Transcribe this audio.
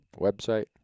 website